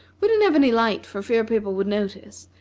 we didn't have any light for fear people would notice